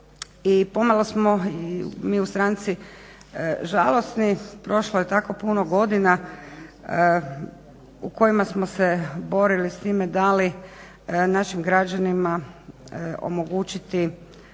i pomalo smo mi u stranci žalosni. Prošlo je tako puno godina u kojima smo se borili s time da li našim građanima omogućiti